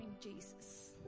Jesus